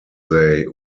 they